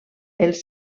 els